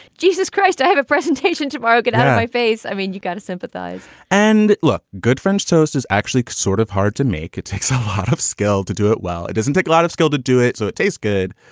jesus christ, i have a presentation tomorrow. get out of my face. i mean, you got to sympathize and look good french toast is actually sort of hard to make. it takes a lot of skill to do it well. it doesn't take a lot of skill to do it. so it tastes good.